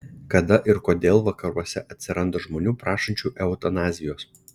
kada ir kodėl vakaruose atsiranda žmonių prašančių eutanazijos